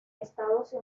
estados